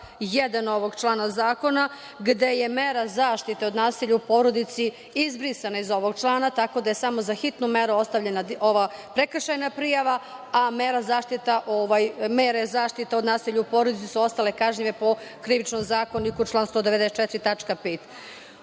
1. ovog člana zakona, gde je mera zaštite od nasilja u porodici izbrisana iz ovog člana, tako da je samo za hitnu meru ostavljena ova prekršajna prijava, a mere zaštite od nasilja u porodici su ostale kažnjive po Krivičnom zakoniku, član 194.